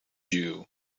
jew